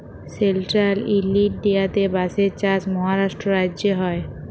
central ইলডিয়াতে বাঁশের চাষ মহারাষ্ট্র রাজ্যে হ্যয়